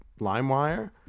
LimeWire